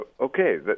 Okay